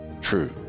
true